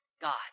God